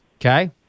Okay